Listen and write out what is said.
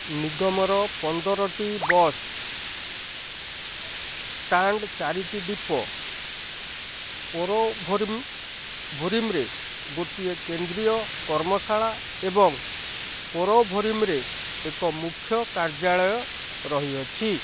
ନିଗମର ପନ୍ଦରଟି bus stand ଚାରିଟି ଡିପୋ ପୋର ଭୋରିମରେ ଗୋଟିଏ କେନ୍ଦ୍ରୀୟ କର୍ମଶାଳା ଏବଂ ପୋରଭୋରିମରେ ଏକ ମୁଖ୍ୟ କାର୍ଯ୍ୟାଳୟ ରହିଅଛି